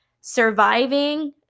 surviving